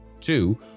Two